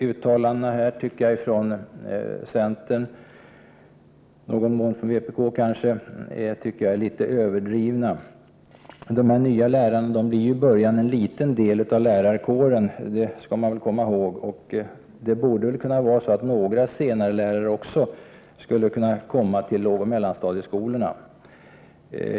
Uttalandena från centern och i någon mån från vpk tycker jag är något överdrivna. De nya lärarna blir ju i början en liten del av lärarkåren, det skall man komma ihåg. Dessutom borde väl också några senarelärare kunna komma till lågoch mellanstadieskolorna.